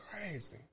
crazy